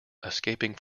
escaping